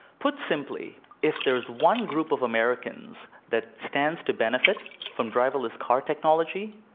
put simply, if there is one group of americans that stands to benefit from driverless car technology,